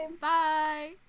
bye